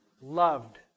loved